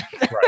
Right